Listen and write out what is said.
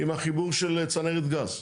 עם חיבור של צנרת גז.